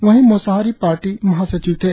वहीं मोसाहारी पार्टी महासचिव थे